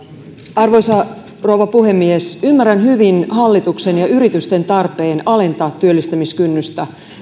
arvoisa rouva puhemies ymmärrän hyvin hallituksen ja yritysten tarpeen alentaa työllistämiskynnystä